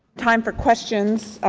time for questions.